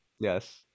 Yes